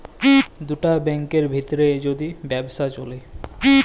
দুটা ব্যাংকের ভিত্রে যদি ব্যবসা চ্যলে